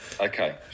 Okay